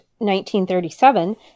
1937